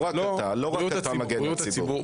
לא רק אתה מגן על הציבור.